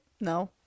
No